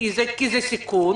כי זה סיכון,